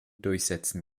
durchsetzen